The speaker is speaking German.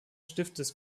stiftes